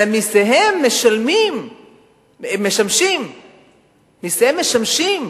אבל לא רק שהם משלמים את מסיהם אלא מסיהם משמשים,